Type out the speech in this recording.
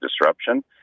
disruption